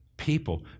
people